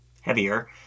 heavier